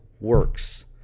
works